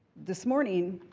this morning,